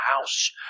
house